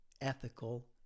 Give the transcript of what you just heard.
ethical